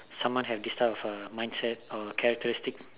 someone have this type of uh mindset or characteristic